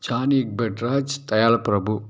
Johnny எக்பெட்ராஜ் தயாள்பிரபு